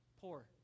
poor